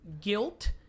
guilt